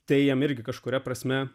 tai jam irgi kažkuria prasme